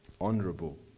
honorable